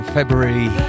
February